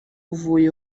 uvuye